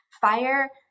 fire